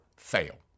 fail